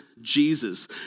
Jesus